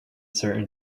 certain